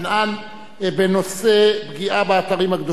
בנושא: פגיעה באתרים הקדושים לדרוזים.